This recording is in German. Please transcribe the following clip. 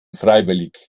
freiwillig